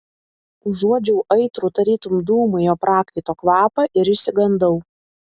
užuodžiau aitrų tarytum dūmai jo prakaito kvapą ir išsigandau